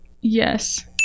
Yes